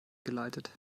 geleitet